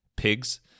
pigs